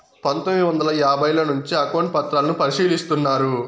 పందొమ్మిది వందల యాభైల నుంచే అకౌంట్ పత్రాలను పరిశీలిస్తున్నారు